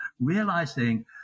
realizing